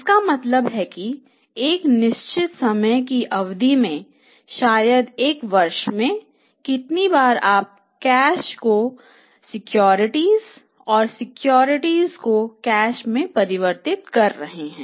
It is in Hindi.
इसका मतलब है कि एक निश्चित समय की अवधि में शायद एक वर्ष में कितनी बार आप कैश को सिक्योरिटीज और सिक्योरिटीज को कैश में परिवर्तित कर रहे हैं